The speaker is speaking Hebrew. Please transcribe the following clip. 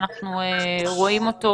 אנחנו נדבר על